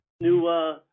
new